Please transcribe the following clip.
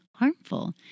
harmful